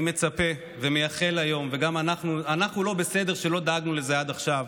אני מצפה ומייחל אנחנו לא בסדר שלא דאגנו לזה עד עכשיו,